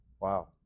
Wow